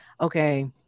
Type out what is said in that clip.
okay